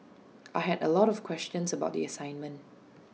I had A lot of questions about the assignment